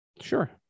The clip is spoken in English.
Sure